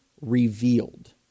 revealed